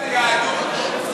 נגד היהדות,